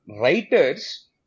writers